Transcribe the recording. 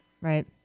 Right